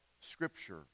Scripture